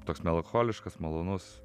toks melancholiškas malonus